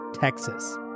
Texas